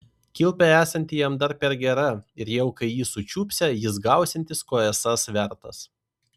kilpa esanti jam dar per gera ir jau kai jį sučiupsią jis gausiantis ko esąs vertas